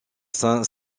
saint